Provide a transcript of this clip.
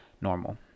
normal